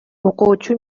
окуучу